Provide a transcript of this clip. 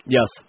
Yes